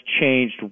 changed